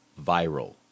viral